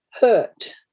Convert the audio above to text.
hurt